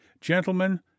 gentlemen